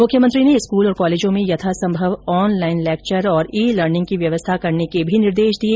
मुख्यमंत्री ने स्कूल और कॉलेजों में यथासंभव ऑनलाईन लेक्चर और ई लर्निंग की व्यवस्था करने के भी निर्देश दिए